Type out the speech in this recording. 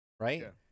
Right